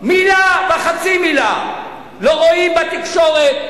מלה וחצי מלה לא רואים בתקשורת,